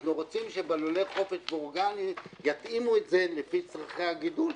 אנחנו רוצים שבלולי חופש ואורגני יתאימו את זה לפי צרכי הגידול.